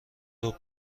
ربع